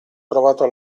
trovato